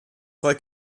zwei